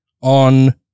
on